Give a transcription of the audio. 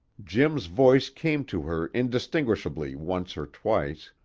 jim's voice came to her indistinguishably once or twice,